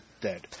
dead